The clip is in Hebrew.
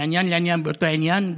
מעניין לעניין באותו עניין,